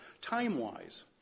time-wise